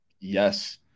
Yes